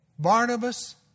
Barnabas